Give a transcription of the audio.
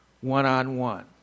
one-on-one